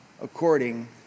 according